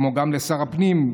כמו גם לשר הפנים,